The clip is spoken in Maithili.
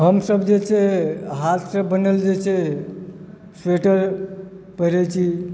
हमसभ जे छै हाथसँ बनल जे छै स्वेटर पहिरैत छी